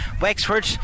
Wexford